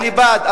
אני בעד,